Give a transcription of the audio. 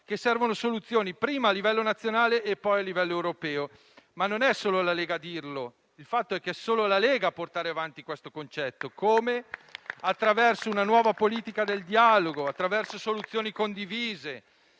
che servono soluzioni prima a livello nazionale e poi a livello europeo, ma non è solo la Lega a dirlo. Il fatto è che è solo la Lega a portare avanti questo concetto. Lo fa attraverso una nuova politica del dialogo, attraverso soluzioni condivise